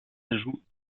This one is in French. ajouts